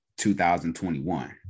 2021